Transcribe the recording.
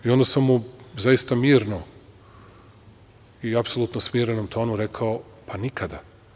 Onda sam mu zaista mirno i u apsolutno smirenom tonu rekao – pa nikada.